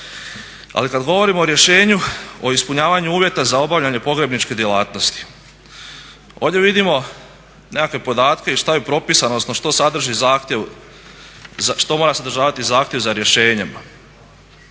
Ali kada govorimo o rješenju o ispunjavanju uvjeta za obavljanje pogrebničke djelatnosti ovdje vidimo nekakve podatke i šta je propisano, odnosno što sadrži zahtjev, što mora sadržavati zahtjev za rješenjem.